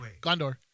Gondor